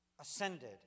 ascended